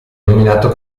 nominato